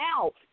out